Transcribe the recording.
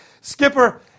skipper